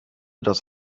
das